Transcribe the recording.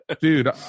dude